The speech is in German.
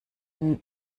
einen